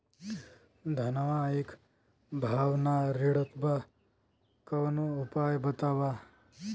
धनवा एक भाव ना रेड़त बा कवनो उपाय बतावा?